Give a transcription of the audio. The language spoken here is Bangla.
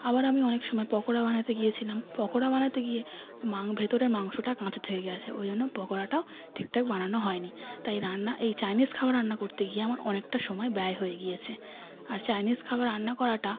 আবার আমি অনেক সময় পকোড়া বানাতে গিয়েছিলাম পকোড়া বানাতে গিয়ে মাং ভেতরের মাংসটা কাঁচা থেকে গেছে ওই জন্যে পকোড়াটা ঠিক ঠাক বানানো হয় নি তাই রান্না এই চাইনিজ খাবার রান্না করতে গিয়ে আমার অনেকটা সময় ব্যয় হয়ে গিয়েছে আর চাইনিজ খাবার রান্না করাটা